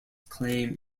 claim